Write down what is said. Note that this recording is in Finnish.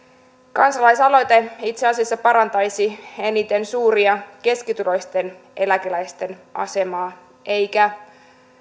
kansalaisaloite itse asiassa parantaisi eniten suuri ja keskituloisten eläkeläisten asemaa eikä